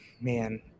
man